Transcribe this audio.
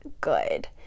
good